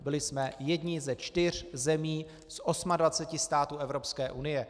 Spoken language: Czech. Byli jsme jedni ze čtyř zemí z 28 států Evropské unie.